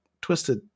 Twisted